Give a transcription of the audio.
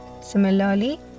Similarly